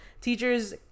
teachers